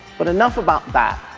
but enough about that.